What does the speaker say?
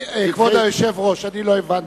כבוד היושב-ראש, לא הבנתי.